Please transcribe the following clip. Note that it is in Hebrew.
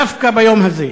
דווקא ביום הזה,